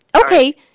Okay